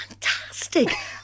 Fantastic